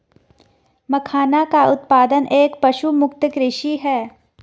मखाना का उत्पादन एक पशुमुक्त कृषि है